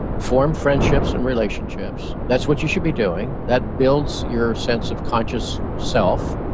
form friendships and relationships. that's what you should be doing. that builds your sense of conscious self,